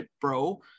bro